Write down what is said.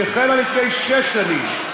היא החלה לפני שש שנים,